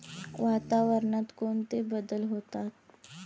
वातावरणात कोणते बदल होतात?